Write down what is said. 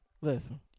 Listen